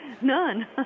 none